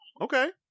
Okay